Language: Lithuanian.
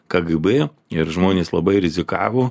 kgb ir žmonės labai rizikavo